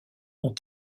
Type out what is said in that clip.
ont